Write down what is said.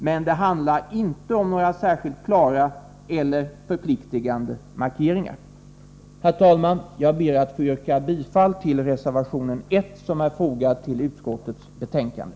Men det handlar inte om några särskilt klara eller förpliktigande markeringar. Herr talman! Jag ber att få yrka bifall till reservation nr 1, som är fogad till utskottets betänkande.